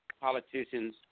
politicians